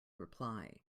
reply